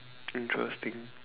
interesting